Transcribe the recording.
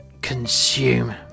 consume